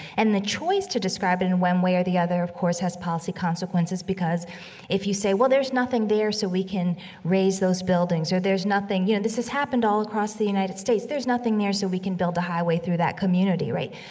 and the choice to describe in one way or the other, of course, has policy consequences, because if you say, well, there's nothing there, so we can raze those buildings. or there's nothing, you know, this has happened all across the united states. there's nothing there, so we can build a highway through that community, right?